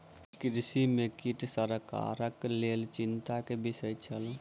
कृषि में कीट सरकारक लेल चिंता के विषय छल